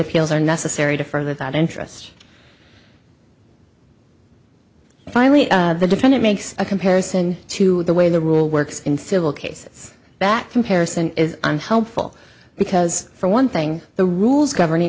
appeals are necessary to further that interest finally the defendant makes a comparison to the way the rule works in civil cases that comparison is unhelpful because for one thing the rules governing